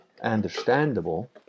understandable